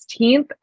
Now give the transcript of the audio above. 16th